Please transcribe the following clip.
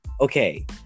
okay